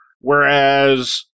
whereas